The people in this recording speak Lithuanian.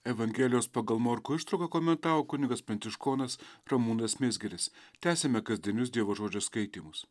evangelijos pagal morkų ištrauką komentavo kunigas pranciškonas ramūnas mizgiris tęsiame kasdienius dievo žodžio skaitymus